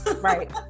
right